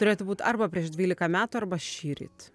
turėtų būt arba prieš dvylika metų arba šįryt